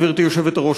גברתי היושבת-ראש,